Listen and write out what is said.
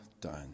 done